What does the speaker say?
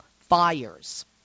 fires